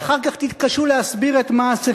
כי אחר כך תתקשו להסביר את מעשיכם.